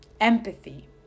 Empathy